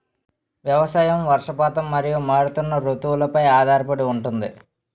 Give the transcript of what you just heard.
వ్యవసాయం వర్షపాతం మరియు మారుతున్న రుతువులపై ఆధారపడి ఉంటుంది